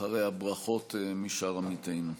אחריה, ברכות משאר עמיתינו.